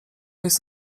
jest